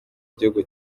gihugu